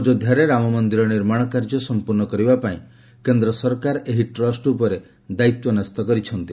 ଅଯୋଧ୍ୟାରେ ରାମମନ୍ଦିର ନିର୍ମାଣ କାର୍ଯ୍ୟ ସଂପ୍ରର୍ଣ୍ଣ କରିବା ପାଇଁ କେନ୍ଦ୍ର ସରକାର ଏହି ଟ୍ରଷ୍ଟ୍ ଉପରେ ଦାୟିତ୍ୱ ନ୍ୟସ୍ତ କରିଛନ୍ତି